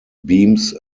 beams